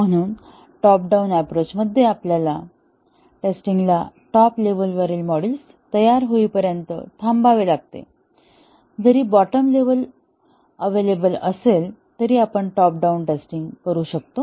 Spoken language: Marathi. म्हणून टॉप डाउन अप्रोच मध्ये आपल्या टेस्टिंग ला टॉप लेव्हलवरील मॉड्यूल्स तयार होईपर्यंत थांबावे लागते जरी बॉटम लेवल अव्हेलेबल असले तरी आपण टॉप डाउन टेस्टिंग करू शकतो